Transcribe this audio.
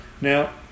Now